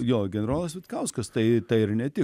jo generolas vitkauskas tai ir ne tik